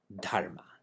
Dharma